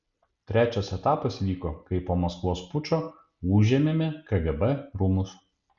trečias etapas vyko kai po maskvos pučo užėmėme kgb rūmus